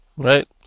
Right